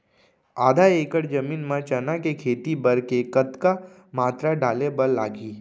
आधा एकड़ जमीन मा चना के खेती बर के कतका मात्रा डाले बर लागही?